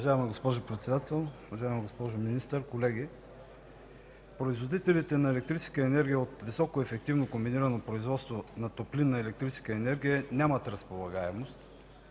Уважаема госпожо Председател, уважаема госпожо Министър, колеги! Производителите на електрическа енергия от високоефективно комбинирано производство на топлинна електрическа енергия нямат разполагаемост